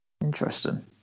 Interesting